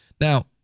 now